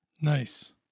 nice